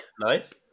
Nice